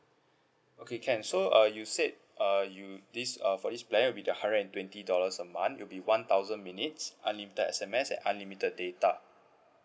okay can so uh you said uh you this uh for this plan will be the hundred and twenty dollars a month it'll be one thousand minutes unlimited S_M_S and unlimited data